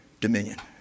Dominion